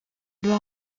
doit